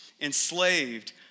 enslaved